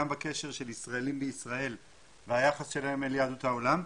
גם בקשר של ישראלים לישראל והיחס שלהם אל יהדות העולם,